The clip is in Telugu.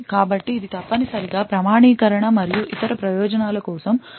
కాబట్టి ఇది తప్పనిసరిగా ప్రామాణీకరణ మరియు ఇతర ప్రయోజనాల కోసం ఉపయోగించబడుతుంది